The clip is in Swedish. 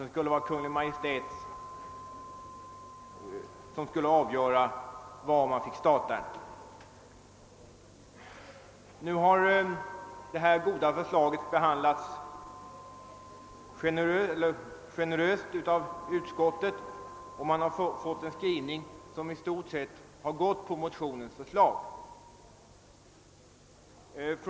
Sedan skulle Kungl. Maj:t avgöra var man fick starta sådan undervisning. Detta förslag har behandlats generöst av utskottet, och man har enats om en skrivning som i stort sett går på motionens förslag.